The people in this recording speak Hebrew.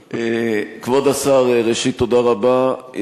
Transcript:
כבוד השר, ראשית, תודה רבה.